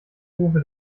rufe